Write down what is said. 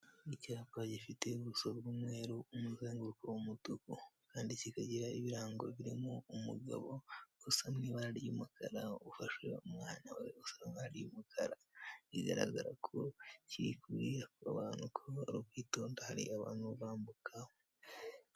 Icyapa gifite ubuso bw'umweru n'umuzenguruko w'umutuku, kandi kikagira ibirango birimo umugabo usa n'ibara ry'umukara, ufashe umwana we usa umukara, bigaragara ko kiri kubwira abantu ko ari ukwitonda, hari abantu bambuka.